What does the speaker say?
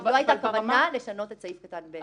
לא הייתה כוונה לשנות את סעיף קטן (ב).